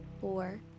four